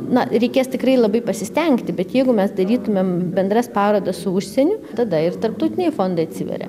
na reikės tikrai labai pasistengti bet jeigu mes darytumėm bendras parodas su užsieniu tada ir tarptautiniai fondai atsiveria